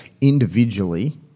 individually